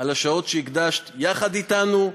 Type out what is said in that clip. השעות שהקדשת יחד אתנו.